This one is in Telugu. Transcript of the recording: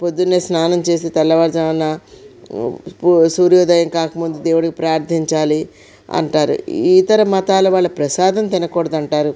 పొద్దున్నే స్నానం చేసి తెల్లవారుజామున సూ సూర్యోదయం కాకముందే దేవుడికి ప్రార్థించాలి అంటారు ఇతర మతాల వాళ్ళ ప్రసాదం తినకూడదు అంటారు